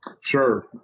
Sure